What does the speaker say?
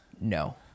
No